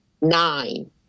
nine